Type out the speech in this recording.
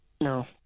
No